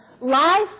life